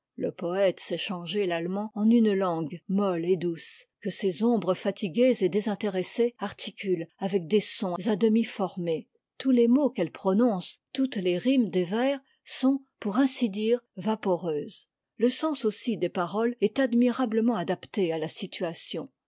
le poëte sait changer l'àliemand en une langue moi e et douce que ces ombres fatiguées et désintéressées articulent avec des sons à demi formés tous tes mots qu'elles prononcent toutes les rimes des vers sont pour ainsi dire vaporeuses le sens aussi des paroles est admirablement adapté à la situation